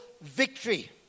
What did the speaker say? victory